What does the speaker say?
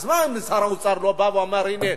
אז מה אם שר האוצר לא בא ואמר: הנה,